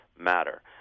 matter